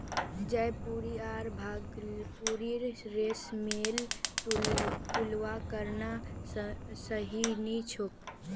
जयपुरी आर भागलपुरी रेशमेर तुलना करना सही नी छोक